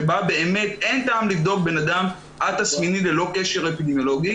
שבה באמת אין טעם לבדוק אדם אל-תסמיני ללא קשר אפידמיולוגי,